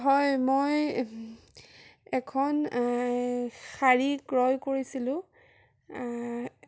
হয় মই এখন শাৰী ক্ৰয় কৰিছিলোঁ